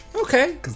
okay